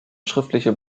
schriftliche